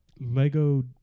Lego